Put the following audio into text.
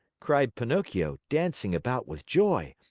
cried pinocchio, dancing about with joy.